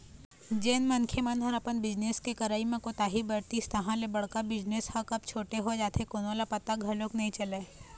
जेन मनखे मन ह अपन बिजनेस के करई म कोताही बरतिस तहाँ ले बड़का बिजनेस ह कब छोटे हो जाथे कोनो ल पता घलोक नइ चलय